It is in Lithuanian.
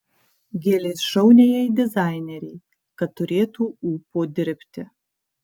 gėlės šauniajai dizainerei kad turėtų ūpo dirbti